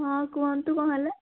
ହଁ କୁହନ୍ତୁ କ'ଣ ହେଲା